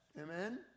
Amen